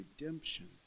redemption